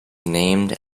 named